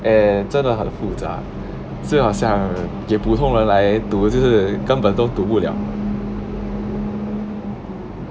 and 真的很复杂就很像给普通人来读就是根本都读不了